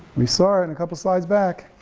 we saw it in a couple slides back.